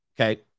Okay